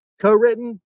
co-written